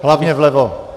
Hlavně vlevo!